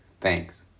Thanks